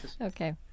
Okay